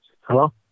Hello